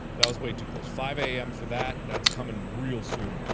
that was way too close five a m. for that that's coming real soon